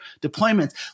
deployments